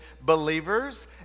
believers